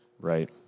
Right